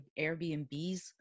Airbnbs